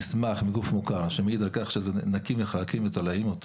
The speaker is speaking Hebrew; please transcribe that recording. מסמך מגוף מוכר שמעיד על כך שזה נקי מחרקים ותולעים,